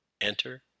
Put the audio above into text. enter